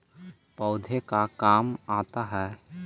पौधे का काम आता है?